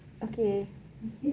okay